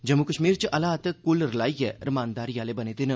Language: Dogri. जम्मू कश्मीर च हालात कुल रलाइयै रमानदारी आह्ले बने दे न